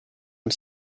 and